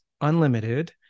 unlimited